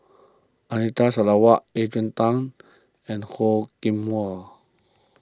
Anita Sarawak Adrian Tan and Ho Hwa